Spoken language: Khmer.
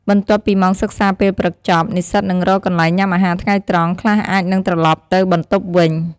បន្ទាប់ពីម៉ោងសិក្សាពេលព្រឹកចប់ និស្សិតនឹងរកកន្លែងញ៉ាំអាហារថ្ងៃត្រង់ ខ្លះអាចនិងត្រឡប់ទៅបន្ទប់វិញ ។